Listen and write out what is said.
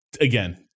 again